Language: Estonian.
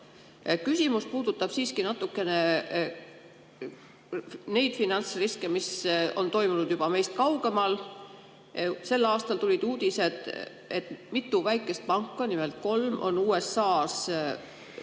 Küsimus puudutab natukene neid finantsriske, mis on toimunud meist kaugemal. Sel aastal tulid uudised, et mitu väikest panka, nimelt kolm, on USA-s kokku